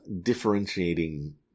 differentiating